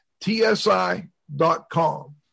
TSI.com